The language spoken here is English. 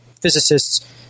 physicists